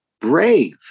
brave